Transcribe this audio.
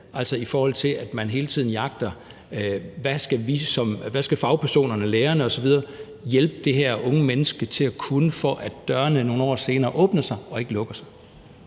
altså i forhold til at man hele tiden jagter, hvad fagpersonerne, lærerne osv. skal hjælpe det her unge menneske til at kunne, for at dørene nogle år senere åbner sig og ikke lukker sig.